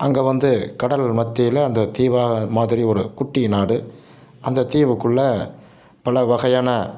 அங்கே வந்து கடல் மத்தியில் அந்த தீவு மாதிரி ஒரு குட்டி நாடு அந்த தீவுக்குள்ளே பல வகையான